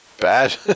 bad